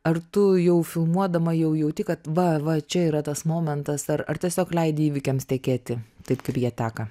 ar tu jau filmuodama jau jauti kad va va čia yra tas momentas ar ar tiesiog leidi įvykiams tekėti taip kaip jie teka